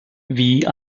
wie